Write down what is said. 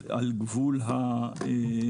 הם על גבול הרווחיות.